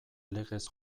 legez